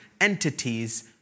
entities